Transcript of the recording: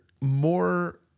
more